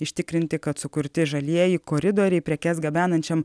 užtikrinti kad sukurti žalieji koridoriai prekes gabenančiam